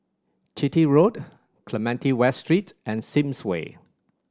Chitty Road Clementi West Street and Sims Way